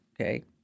okay